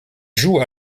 joue